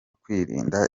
kwirinda